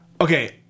Okay